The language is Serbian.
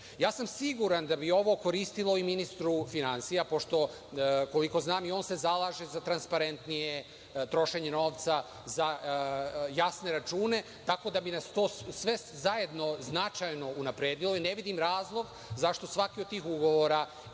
o tome. Siguran sam da bi ovo koristilo i ministru finansija, pošto, koliko znam, i on se zalaže za transparentnije trošenje novca za jasne račune. Tako da bi nas to sve zajedno značajno unapredilo i ne vidim razlog zašto svaki od tih ugovora